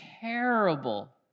terrible